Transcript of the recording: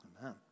Amen